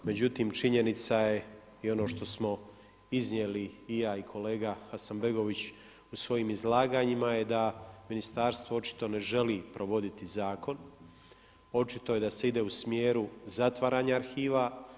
Međutim, činjenica je i ono što smo iznijeli i ja i kolega Hasanbegović u svojim izlaganjima da ministarstvo očito ne želi provoditi zakon, očito da se ide u smjeru zatvaranja arhiva.